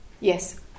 Yes